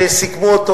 שסיכמו אותו,